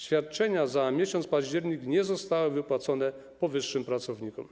Świadczenia za miesiąc październik nie zostały wypłacone powyższym pracownikom.